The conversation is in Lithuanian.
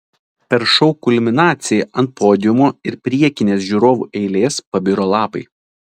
per šou kulminaciją ant podiumo ir priekinės žiūrovų eilės pabiro lapai